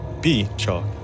B-chalk